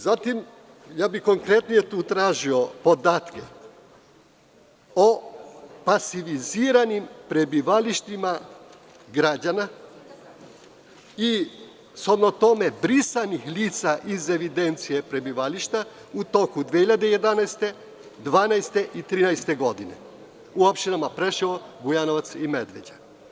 Zatim, ja bih konkretnije tu tražio podatke o pasiviziranim prebivalištima građana i shodno tome brisanih lica iz evidencije prebivališta u toku 2011, 2012. i 2013. godine u opštinama Preševo, Bujanovac i Medveđa.